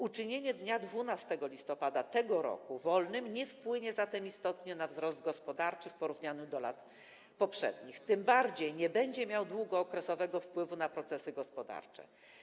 Uczynienie dnia 12 listopada tego roku dniem wolnym nie wpłynie zatem istotnie na wzrost gospodarczy w porównaniu z latami poprzednimi ani tym bardziej nie będzie miało długookresowego wpływu na procesy gospodarcze.